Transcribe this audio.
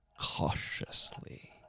Cautiously